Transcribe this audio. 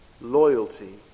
loyalty